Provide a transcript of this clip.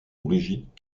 brigitte